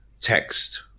text